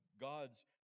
God's